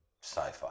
sci-fi